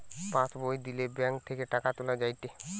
pass বই দিলে bank থেকে টাকা তুলা যায়েটে